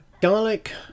Garlic